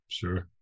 sure